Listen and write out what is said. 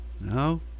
No